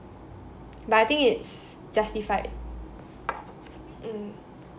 but I think it's justified mm